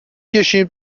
کشیم